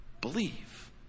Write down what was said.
Believe